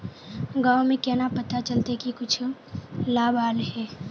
गाँव में केना पता चलता की कुछ लाभ आल है?